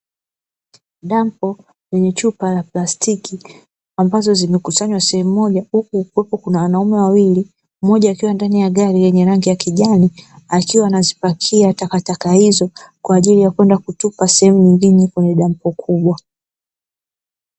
Dampo lenye chupa la plastiki, ambazo zimekusanywa sehemu moja, huku kuna wanaume wawili mmoja akiwa ndani ya gari yenye rangi ya kijani, akiwa anazipakia takataka hizo kwa ajili ya kwenda kutupa sehemu ingine kwenye dampo kubwa.